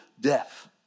death